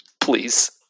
Please